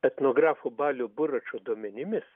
etnografo balio buračo duomenimis